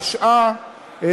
התשע"ה.